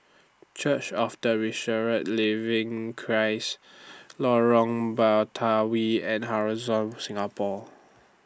Church of The Resurrected Living Christ Lorong Batawi and Horizon Singapore